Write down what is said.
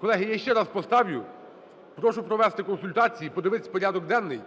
Колеги, я ще раз поставлю. Прошу провести консультації, подивитися порядок денний.